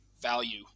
value